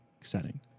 setting